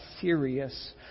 serious